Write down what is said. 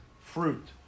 fruit